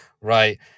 right